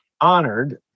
Honored